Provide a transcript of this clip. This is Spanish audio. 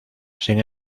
sin